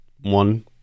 one